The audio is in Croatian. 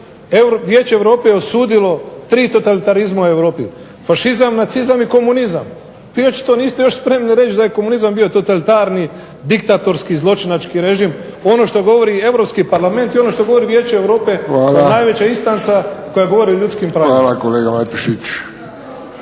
Vijeće Europe je osudilo tri totalitarizma u Europi – fašizam, nacizam i komunizam. Vi očito niste još spremni reći da je komunizam bio totalitarni, diktatorski, zločinački režim. Ono što govori Europski parlament i ono što govori Vijeće Europe kao najveća istanca koja govori o ljudskim pravima. **Friščić,